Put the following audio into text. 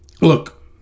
look